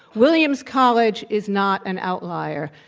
williams college is not an outlier.